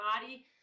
body